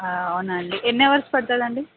అవునాండి ఎన్ని అవర్స్ పడుతుందండి